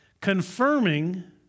confirming